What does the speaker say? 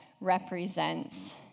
represents